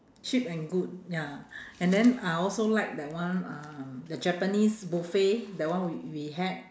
cheap and good ya and then I also like that one uh the japanese buffet that one we we had